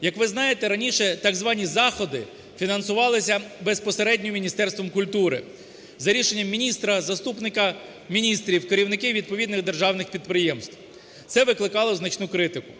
Як ви знаєте, раніше так звані заходи фінансувалися безпосередньо Міністерством культури за рішенням міністра, заступників міністра, керівників відповідних державних підприємств. Це викликало значну критику.